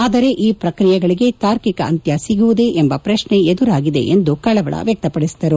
ಆದರೆ ಈ ಪ್ರಕ್ರಿಯೆಗಳಿಗೆ ತಾರ್ಕಿಕ ಅಂತ್ಯ ಸಿಗುವುದೇ ಎಂಬ ಪ್ರಶ್ನೆ ಎದುರಾಗಿದೆ ಎಂದು ಕಳವಳ ವ್ಯಕ್ತಪಡಿಸಿದರು